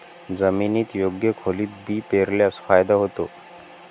जमिनीत योग्य खोलीत बी पेरल्यास फायदा होतो